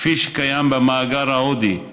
כפי שקיים במאגר ההודי,